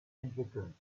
entwickeln